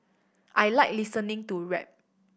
I like listening to rap